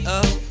up